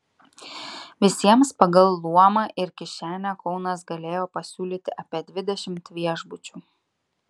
visiems pagal luomą ir kišenę kaunas galėjo pasiūlyti apie dvidešimt viešbučių